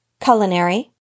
culinary